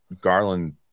Garland